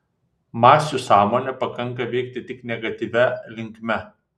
masių sąmonę pakanka veikti tik negatyvia linkme